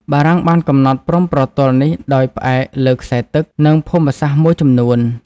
បារាំងបានកំណត់ព្រំប្រទល់នេះដោយផ្អែកលើខ្សែទឹក និងភូមិសាស្ត្រមួយចំនួន។